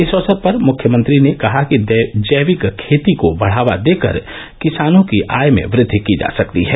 इस अवसर पर मुख्यमंत्री ने कहा कि जैविक खेती को बढ़ावा देकर किसानों की आय में वृद्दि की जा सकती है